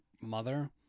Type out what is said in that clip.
mother